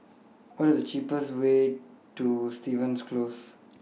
What IS The cheapest Way to Stevens Close